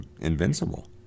invincible